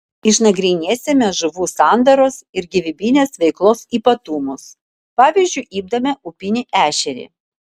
išnagrinėsime žuvų sandaros ir gyvybinės veiklos ypatumus pavyzdžiu imdami upinį ešerį